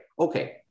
Okay